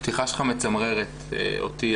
הפתיחה שלך מצמררת אותי,